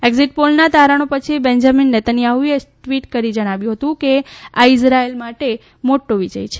exit પોલના તારણો પછી બેન્જામીન નેતન્યાહુએ ટવીટ કરી જણાવ્યું હતું કે આ ઇઝરાયેલ માટે મોટો વિજય છે